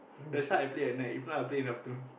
that's why I play at night if not I play in the afternoon